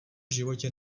životě